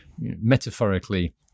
metaphorically